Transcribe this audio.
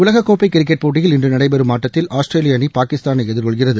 உலகக்கோப்பை கிரிக்கெட் போட்டியில் இன்று நடைபெறும் ஆட்டத்தில் ஆஸ்திரேலிய அணி பாகிஸ்தானை எதிர்கொள்கிறது